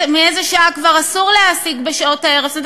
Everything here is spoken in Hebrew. מאיזו שעה בשעות הערב כבר אסור להעסיק.